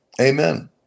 Amen